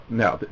now